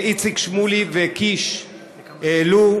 שאיציק שמולי וקיש העלו,